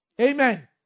Amen